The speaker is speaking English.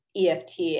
EFT